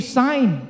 sign